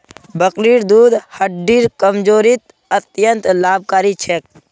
बकरीर दूध हड्डिर कमजोरीत अत्यंत लाभकारी छेक